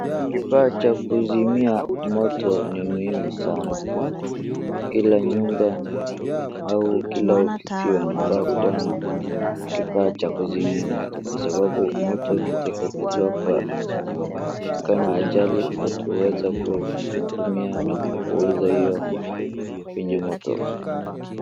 Kifaa cha kuzimia moto ni muhimu sana. Kila nyumba au kila ofisi wanafaa kuwa na kifaa cha kuzimia moto kwa sababu moto ikiteketezwa kwa, kama ajali watu huweza kutumia na kupuusa hio kwenye moto.